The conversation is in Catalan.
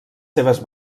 seves